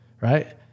Right